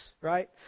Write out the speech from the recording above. right